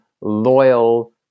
loyal